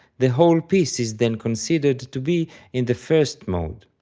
the whole piece is then considered to be in the first mode.